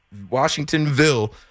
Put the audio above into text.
Washingtonville